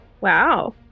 Wow